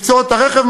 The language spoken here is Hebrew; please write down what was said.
מקצועות הרכב,